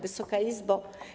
Wysoka Izbo!